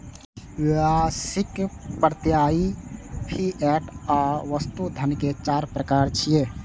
व्यावसायिक, प्रत्ययी, फिएट आ वस्तु धन के चार प्रकार छियै